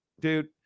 dude